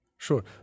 Sure